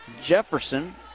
Jefferson